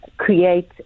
create